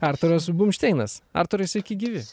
arturas bumšteinas arturai sveiki gyvi